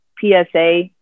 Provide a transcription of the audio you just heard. PSA